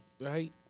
Right